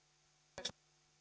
arvoisa puhemies